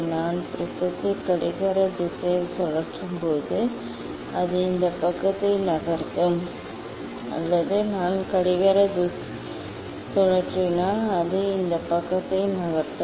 நான் ப்ரிஸத்தை கடிகார திசையில் சுழற்றும்போது அது இந்த பக்கத்தை நகர்த்தும் அல்லது நான் கடிகார திசையில் சுழற்றினால் அது இந்த பக்கத்தை நகர்த்தும்